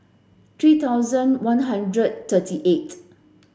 three thousand one hundred thirty eight